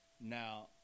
Now